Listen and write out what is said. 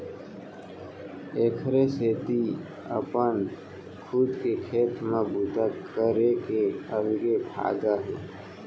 एखरे सेती अपन खुद के खेत म बूता करे के अलगे फायदा हे